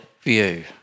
view